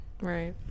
Right